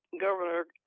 Governor